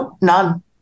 none